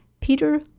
Peter